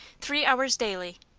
three hours daily.